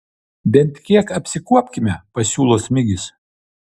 bent kiek apsikuopkime pasiūlo smigis